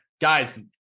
Guys